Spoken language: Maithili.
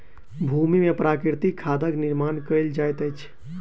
भूमि में प्राकृतिक खादक निर्माण कयल जाइत अछि